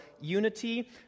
unity